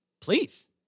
please